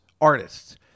artists